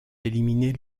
éliminée